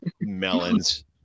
melons